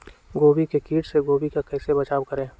गोभी के किट से गोभी का कैसे बचाव करें?